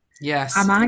Yes